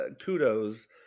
kudos